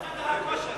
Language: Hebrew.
זה קרה בחדר כושר.